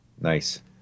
Nice